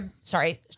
Sorry